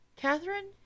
Catherine